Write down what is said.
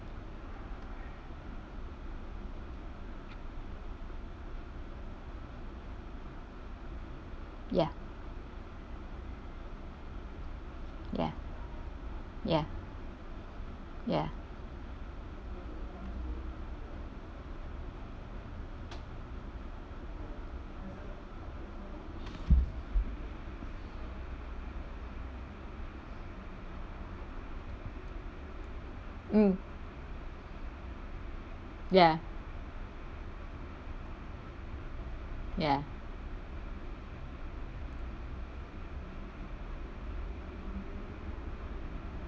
ya ya ya ya mm ya ya